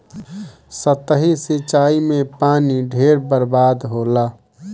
सतही सिंचाई में पानी ढेर बर्बाद होला